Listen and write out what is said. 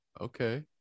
Okay